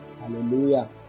Hallelujah